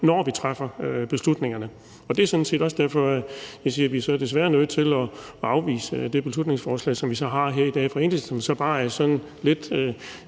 når vi træffer beslutningerne. Det er sådan set også derfor, jeg siger, at vi så desværre er nødt til at afvise det beslutningsforslag, som vi har her i dag fra Enhedslisten. Nu skal vi